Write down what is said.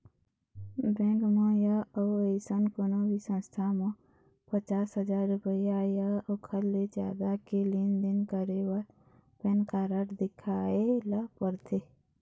bank म य अउ अइसन कोनो भी संस्था म पचास हजाररूपिया य ओखर ले जादा के लेन देन करे बर पैन कारड देखाए ल परथे